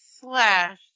slash